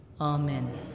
Amen